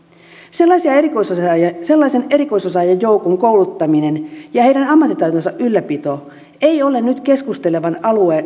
hoitoon sellaisen erikoisosaajien joukon kouluttaminen ja heidän ammattitaitonsa ylläpito ei ole nyt